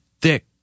thick